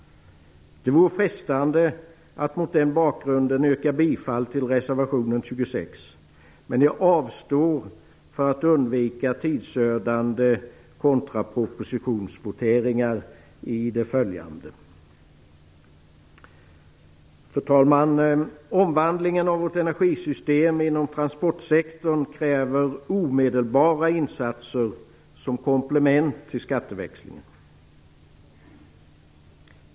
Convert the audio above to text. Det vore frestande att mot denna bakgrund yrka bifall till reservation 26, men jag avstår för att undvika tidsödande kontrapropositionsvoteringar. Fru talman! Omvandlingen av vårt energisystem inom transportsektorn kräver omedelbara insatser som komplement till skatteväxlingen.